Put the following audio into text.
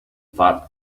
fat